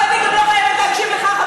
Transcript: אבל אני גם לא חייבת להקשיב לך,